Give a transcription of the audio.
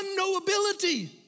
unknowability